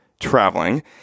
traveling